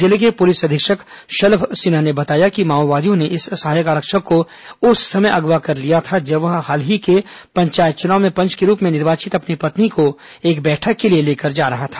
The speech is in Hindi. जिले के पुलिस अधीक्षक शलभ सिन्हा ने बताया कि माओवादियों ने इस सहायक आरक्षक को उस समय अगवा कर लिया था जब वह हाल ही के पंचायत चुनाव में पंच के रूप में निर्वाचित अपनी पत्नी को एक बैठक के लिए लेकर जा रहा था